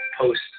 post